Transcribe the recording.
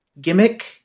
gimmick